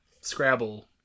Scrabble